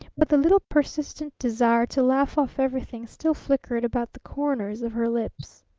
but the little persistent desire to laugh off everything still flickered about the corners of her lips.